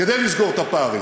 כדי לסגור את הפערים.